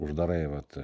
uždarai vat